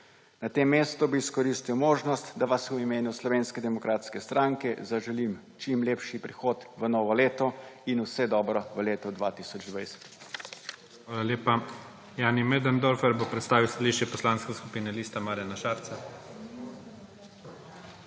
Na tem mestu bi izkoristil možnost, da vam v imenu Slovenske demokratske stranke zaželim čim lepši prehod v novo leto in vse dobro v letu 2022. **PREDSEDNIK IGOR ZORČIČ:** Hvala lepa. Jani Möderndorfer bo predstavil stališče Poslanske skupine Liste Marjana Šarca.